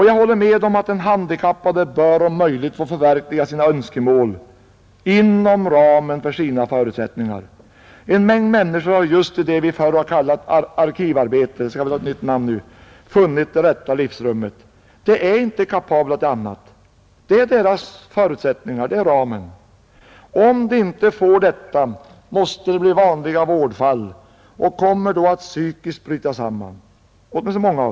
Jag håller med om att den handikappade om möjligt bör få förverkliga sina önskemål inom ramen för sina förutsättningar. En stor mängd människor har just i det som vi kallar arkivarbete — det skall visst få ett nytt namn nu — funnit det rätta livsrummet. De är inte kapabla till något annat arbete. Arkivarbetet ligger inom deras ram och förutsättningar, och om de inte får sådant arbete, så blir de vanliga vårdfall, och många av dem kommer att bryta samman psykiskt.